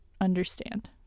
understand